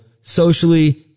socially